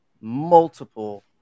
multiple